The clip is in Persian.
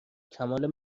کمال